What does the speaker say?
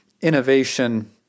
innovation